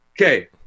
Okay